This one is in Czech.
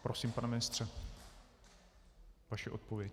Prosím, pane ministře, vaše odpověď.